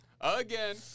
again